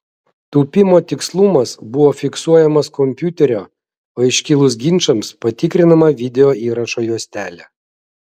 tūpimo tikslumas buvo fiksuojamas kompiuterio o iškilus ginčams patikrinama video įrašo juostelė